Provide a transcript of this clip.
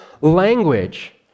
language